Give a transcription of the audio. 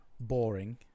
boring